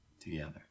together